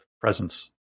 presence